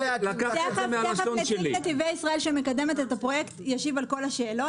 תכף נציג נתיבי ישראל שמקדמת את הפרויקט ישיב על כל השאלות.